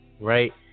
Right